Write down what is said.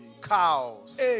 Cows